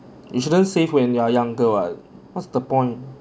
you shouldn't save when you're younger what what's the point